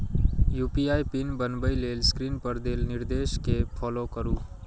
UPI pin बनबै लेल screen पर देल निर्देश कें फॉलो करू